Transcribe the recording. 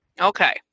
Okay